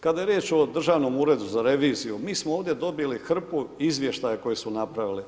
Kada je riječ o Državnom uredu za reviziju, mi smo ovdje dobili hrpu izvještaja koje su napravili.